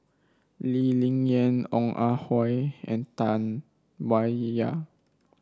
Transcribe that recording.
Lee Ling Yen Ong Ah Hoi and Tam Wai Ya